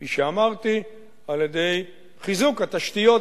כפי שאמרתי, על-ידי חיזוק התשתיות